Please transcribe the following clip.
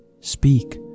Speak